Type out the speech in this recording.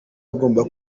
agomba